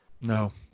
no